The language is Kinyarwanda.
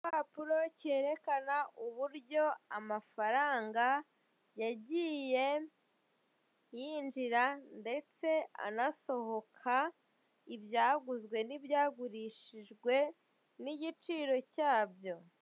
Igipapuro kerekana uburyo amafaranga yagiye yinjira, ndetse anasohoka, ibyaguzwe n'ibyagurishijwe n'igiciro cyabyo.